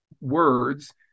words